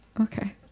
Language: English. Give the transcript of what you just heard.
Okay